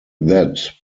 that